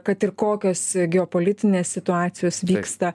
kad ir kokios geopolitinės situacijos vyksta